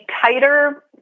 tighter